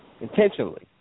intentionally